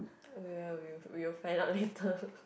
ya w~ we will find out later